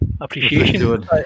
appreciation